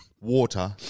water